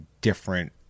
different